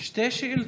שתי שאילתות.